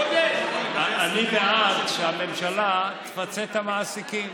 אני בעד שהממשלה תפצה את המעסיקים